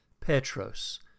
Petros